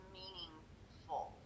meaningful